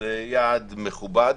זה יעד מכובד.